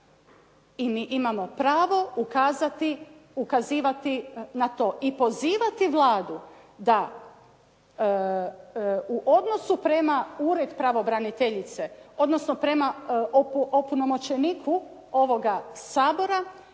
I mi imamo pravo ukazivati na to. I pozivati Vladu da u odnosu prema Uredu pravobraniteljice, odnosno prema opunomoćeniku ovoga Sabora,